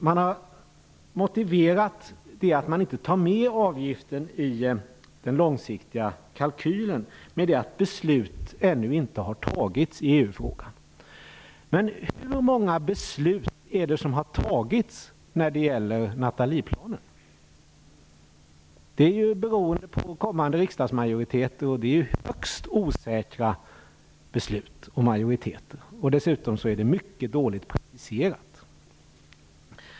Man har motiverat detta att man inte tar med dem i den långsiktiga kalkylen med att beslut ännu inte har fattats i EU-frågan. Men hur många beslut har fattats när det gäller Nathalieplanen? Det är ju beroende på kommande majoriteter. Det är högst osäkra beslut och majoriteter. Dessutom är det mycket dåligt praktiserat.